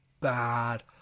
bad